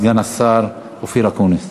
סגן השר אופיר אקוניס.